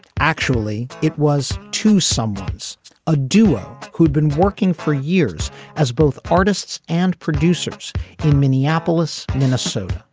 actually it was two someones a duo who'd been working for years as both artists and producers in minneapolis minnesota